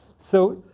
so